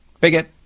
Bigot